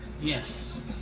Yes